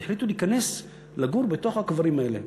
החליטו להיכנס לגור בתוך הקברים האלה.